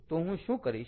તો હું શું કરીશ